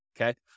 okay